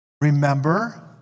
Remember